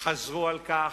פעמים חזרו על כך,